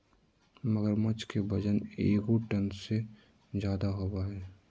मगरमच्छ के वजन एगो टन से ज्यादा होबो हइ